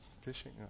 fishing